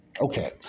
Okay